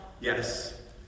Yes